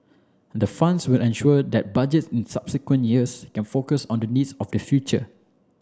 the funds will ensure that Budgets in subsequent years can focus on the needs of the future